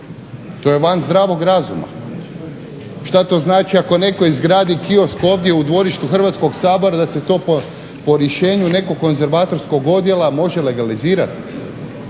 To je van zdravog razuma. Šta to znači ako neko izgradi kiosk ovdje u dvorištu Hrvatskog sabora, da se to po rješenju nekog konzervatorskog odjela može legalizirati?